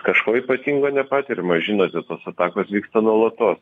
kažko ypatingo nepatiriama žinote tos atakos vyksta nuolatos